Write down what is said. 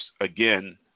again